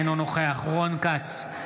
אינו נוכח רון כץ,